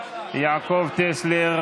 יעקב טסלר